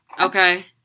Okay